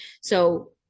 so-